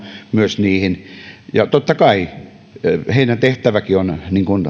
myös se sisäänmeno niihin totta kai heidän tehtävänsäkin on